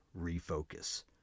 refocus